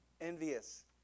Envious